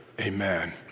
Amen